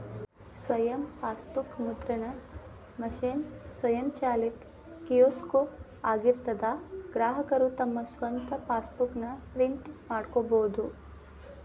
ಸ್ವಯಂ ಫಾಸ್ಬೂಕ್ ಮುದ್ರಣ ಮಷೇನ್ ಸ್ವಯಂಚಾಲಿತ ಕಿಯೋಸ್ಕೊ ಆಗಿರ್ತದಾ ಗ್ರಾಹಕರು ತಮ್ ಸ್ವಂತ್ ಫಾಸ್ಬೂಕ್ ನ ಪ್ರಿಂಟ್ ಮಾಡ್ಕೊಬೋದು